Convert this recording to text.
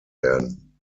werden